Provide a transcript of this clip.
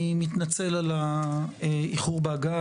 מתנצל על האיחור בהגעה,